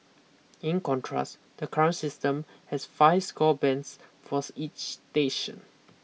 in contrast the current system has five score bands forth each station